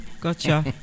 gotcha